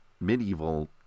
medieval